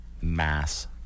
Mass